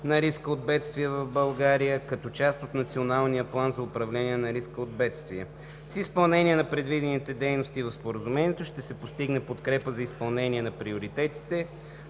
на риска от бедствия в България като част от Националния план за управление на риска от бедствия. С изпълнение на предвидените дейности в Споразумението ще се постигне подкрепа за изпълнение на приоритетите